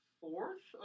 fourth